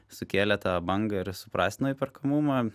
sukėlė tą bangą ir suprastino įperkamumą